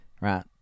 right